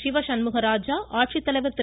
சிவசண்முகராஜா ஆட்சித்தலைவர் திரு